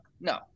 No